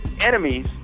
enemies